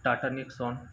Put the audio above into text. Tata Nexon